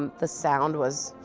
um the sound was